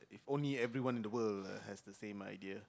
if only everyone in the world has the same idea